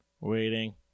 Waiting